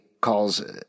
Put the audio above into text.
calls